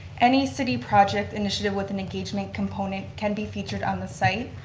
any city project initiative with an engagement component can be featured on the site.